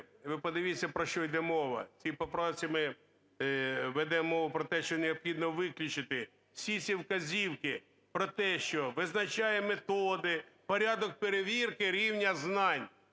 ви подивіться, про що йде мова. В цій поправці ми ведемо мову про те, що необхідно виключити всі ці вказівки про те, що визначає методи, порядок перевірки рівня знань.